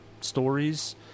stories